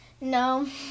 no